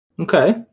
Okay